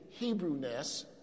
Hebrewness